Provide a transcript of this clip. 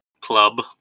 club